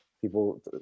people